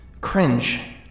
Cringe